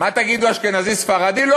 מה תגידו, אשכנזי וספרדי?